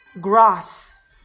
grass